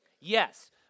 Yes